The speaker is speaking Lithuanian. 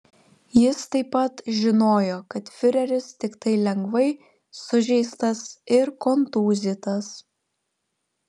jis taip pat žinojo kad fiureris tiktai lengvai sužeistas ir kontūzytas